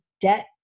debt